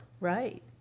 Right